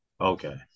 Okay